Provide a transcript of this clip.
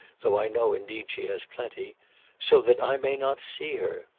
though i know indeed she has plenty so that i may not see her.